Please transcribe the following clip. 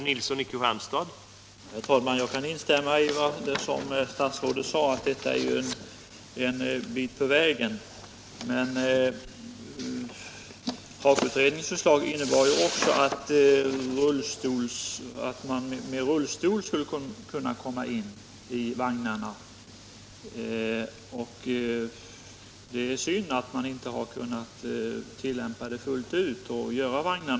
Herr talman! Jag kan instämma i det statsrådet sade om att vi är en bit på väg. Men HAKO-utredningens förslag innebar ju också att personer med rullstol skall kunna komma in i vagnarna. Det är beklagligt att detta inte tillgodoses när man nu tillverkar nya vagnar.